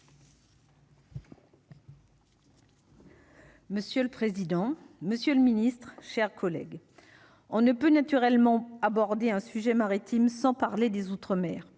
Monsieur le président, Monsieur le Ministre, chers collègues, on ne peut naturellement abordé un sujet maritime, sans parler des mer